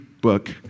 book